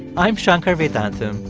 i'm shankar vedantam.